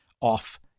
off